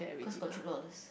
cause got Chope dollars